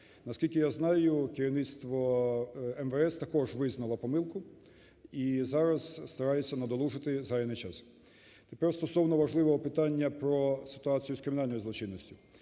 Наскільки я знаю, керівництво МВС також визнало помилку і зараз стараються надолужити згаяний час. Тепер стосовно важливого питання про ситуацію з кримінальною злочинністю.